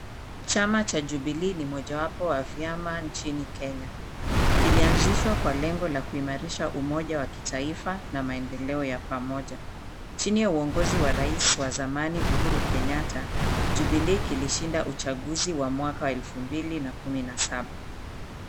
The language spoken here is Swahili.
Chama cha Jubilee ni mojawapo wa vyama nchini Kenya. Kilianzishwa kwa lengo la kuimarisha umoja wa kitaifa na maendeleo ya pamoja. Chini ya uongozi wa Rais wa zamani, Uhuru Kenyatta, Jubilee kilishinda uchaguzi wa mwaka elfu mbili na kumi na saba.